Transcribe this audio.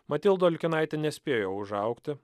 matilda olkinaitė nespėjo užaugti